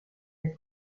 del